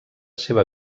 seva